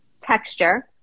Texture